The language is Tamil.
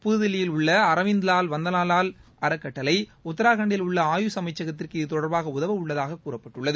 புத்தில்லியில் உள்ள அரவிந்த்வால் வந்தனாவால் அறக்கட்டளை உத்தரகாண்டில் உள்ள அயூஷ் அமைச்சகத்திற்கு இதுதொடர்பாக உதவ உள்ளதாக கூறப்பட்டுள்ளது